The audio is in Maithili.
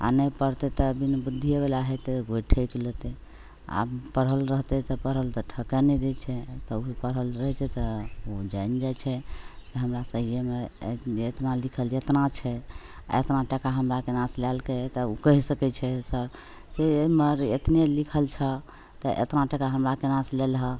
आओर नहि पढ़तै तब बिन बुधिएवला हेतै कोइ ठकि लेतै आओर पढ़ल रहतै तऽ पढ़ल तऽ ठकै नहि दै छै तब भी पढ़ल रहै छै तऽ ओ जानि जाइ छै हमरा सहिएमे एतना लिखल जतना छै एतना टका हमरा कोना से लेलकै तब कहि सकै छै सभसे एमहर मगर एतने लिखल छऽ तऽ एतना टका हमरा कोना से लेलहऽ